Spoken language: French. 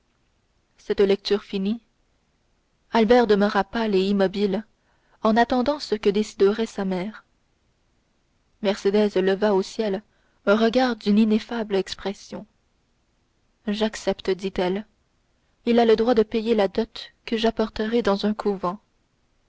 cette lecture finie albert demeura pâle et immobile en attendant ce que déciderait sa mère mercédès leva au ciel un regard d'une ineffable expression j'accepte dit-elle il a le droit de payer la dot que j'apporterai dans un couvent